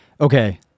Okay